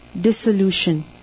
dissolution